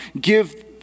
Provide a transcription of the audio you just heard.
give